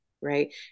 right